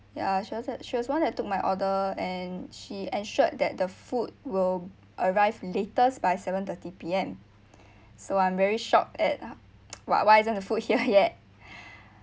yeah she was that she was the one that tookmy order and she assured that the food will arrive latest by seven thirty P_M so I'm very shocked at what why isn't the food here yet